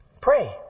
Pray